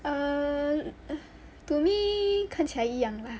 err to me 看起来一样 lah